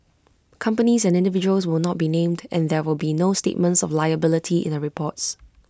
companies and individuals will not be named and there will be no statements of liability in the reports